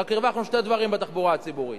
רק הרווחנו שני דברים בתחבורה הציבורית: